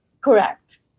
Correct